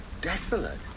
desolate